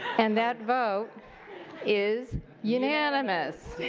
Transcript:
and that vote is unanimous.